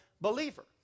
believer